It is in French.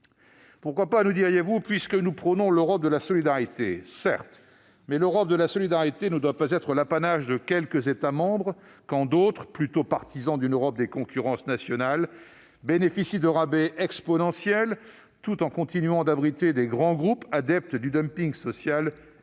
Pourquoi pas, me direz-vous, puisque nous prônons l'Europe de la solidarité ? Certes, mais l'Europe de la solidarité ne doit pas être l'apanage de quelques États membres, quand d'autres, plutôt partisans d'une Europe des concurrences nationales, bénéficient de rabais exponentiels tout en continuant d'abriter de grands groupes adeptes du dumping social et